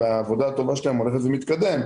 העבודה הטובה שלהם הולכת ומתקדמת.